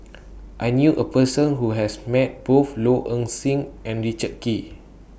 I knew A Person Who has Met Both Low Ing Sing and Richard Kee